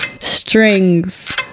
Strings